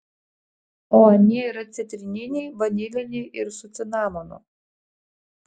o anie yra citrininiai vaniliniai ir su cinamonu